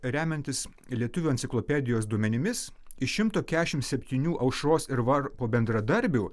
remiantis lietuvių enciklopedijos duomenimis iš šimto kešim septynių aušros ir varpo bendradarbių